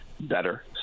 better